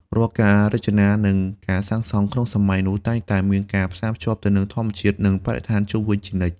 រាល់ការរចនា និងការសាងសង់ក្នុងសម័យនោះ តែងតែមានការផ្សារភ្ជាប់ទៅនឹងធម្មជាតិ និងបរិស្ថានជុំវិញជានិច្ច។